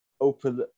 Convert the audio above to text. open